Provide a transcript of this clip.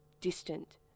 distant